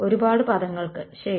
ഒരുപാട് പദങ്ങൾക്ക് ശരി